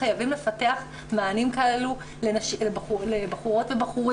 חייבים לפתח מענים כאלה לבחורות ובחורים